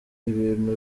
ibintu